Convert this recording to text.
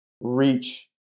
reach